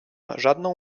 żadną